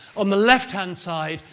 on the left-hand side,